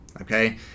okay